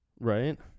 Right